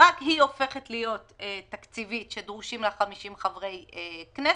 ורק היא הופכת להיות תקציבית שדרושים לה 50 חברי כנסת,